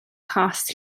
cost